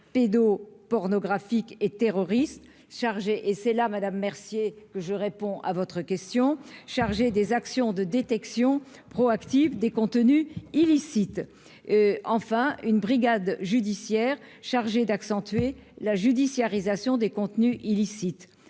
pédo-pornographique et terroriste chargé et c'est là Madame Mercier, je réponds à votre question, chargé des actions de détection proactive des contenus illicites enfin une brigade judiciaire chargé d'accentuer la judiciarisation des contenus illicites